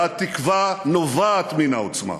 והתקווה נובעת מן העוצמה.